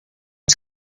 als